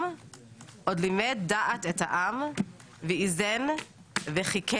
עוֹד לִמַּד דַּעַת אֶת הָעָם וְאִזֵּן וְחִקֵּר